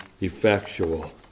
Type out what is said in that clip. effectual